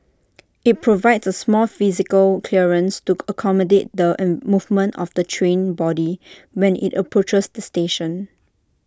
IT provides A small physical clearance to accommodate the A movement of the train body when IT approaches the station